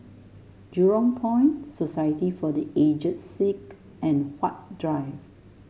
Jurong Point Society for The Aged Sick and Huat Drive